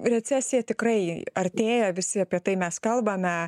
recesija tikrai artėja visi apie tai mes kalbame